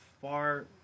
far